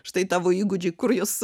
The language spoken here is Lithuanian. štai tavo įgūdžiai kur juos